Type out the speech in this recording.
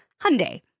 Hyundai